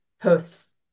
posts